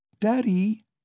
Daddy